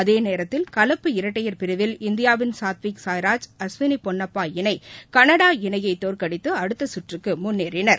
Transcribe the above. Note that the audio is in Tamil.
அதேநேரத்தில் கலப்பு இரட்டையர் பிரிவில் இந்தியாவின் சாத்விக் சாய்ராஜ் அஸ்வினி பொன்னப்பா இணை கனடா இணையை தோற்கடித்து அடுத்த சுற்றுக்கு முன்னேறினர்